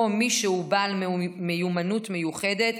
או מי שהוא בעל מיומנות מיוחדת,